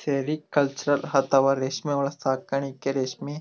sericulture ಅಥವಾ ರೇಶ್ಮಿ ಹುಳ ಸಾಕಾಣಿಕೆ ಮಾಡಿ ರೇಶ್ಮಿ